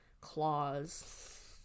claws